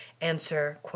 answer